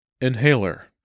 Inhaler